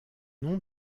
nom